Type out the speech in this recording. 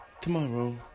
tomorrow